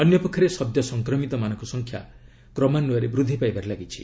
ଅନ୍ୟପକ୍ଷରେ ସଦ୍ୟ ସଂକ୍ରମିତମାନଙ୍କ ସଂଖ୍ୟା କ୍ରମାନ୍ୱୟରେ ବୃଦ୍ଧି ପାଇବାରେ ଲାଗିଛି